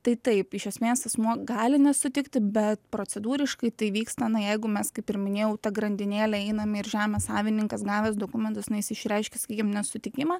tai taip iš esmės asmuo gali nesutikti bet procedūriškai tai vyksta na jeigu mes kaip ir minėjau ta grandinėle einame ir žemės savininkas gavęs dokumentus na jis išreiškia sakykim nesutikimą